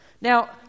Now